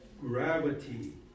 gravity